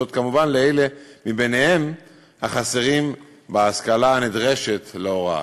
כמובן אלה מביניהם החסרים בהשכלה הנדרשת להוראה.